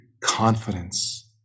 confidence